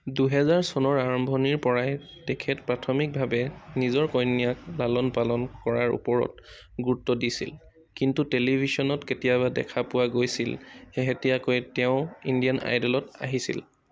দুহেজাৰ চনৰ আৰম্ভণিৰ পৰাই তেখেত প্ৰাথমিকভাৱে নিজৰ কন্যাক লালন পালন কৰাৰ ওপৰত গুৰুত্ব দিছিল কিন্তু টেলিভিশ্যনত কেতিয়াবা দেখা পোৱা গৈছিল শেহতীয়াকৈ তেওঁ ইণ্ডিয়ান আইডলত আহিছিল